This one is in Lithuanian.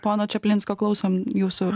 pono čaplinsko klausom jūsų